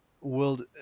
world